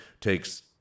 takes